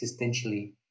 existentially